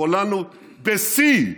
חוללנו בשיא,